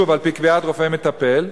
שוב על-פי קביעת רופא מטפל,